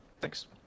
Thanks